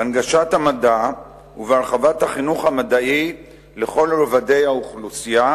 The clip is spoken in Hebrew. בהנגשת המדע ובהרחבת החינוך המדעי לכל רובדי האוכלוסייה,